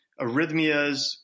arrhythmias